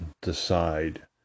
decide